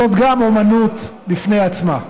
זאת גם אומנות בפני עצמה.